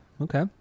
okay